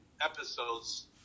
episodes